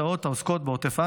כמו הצעות שעוסקות בעוטף עזה,